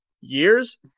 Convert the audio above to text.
years